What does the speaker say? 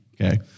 okay